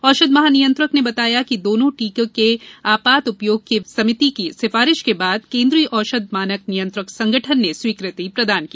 औषध महानियंत्रक ने बताया कि दोनों टीकों के आपात उपयोग की विशेष समिति की सिफारिश के बाद केन्द्रीय औषध मानक नियंत्रण संगठन ने स्वीकृति प्रदान की